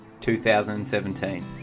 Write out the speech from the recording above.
2017